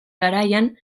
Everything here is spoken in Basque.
garaian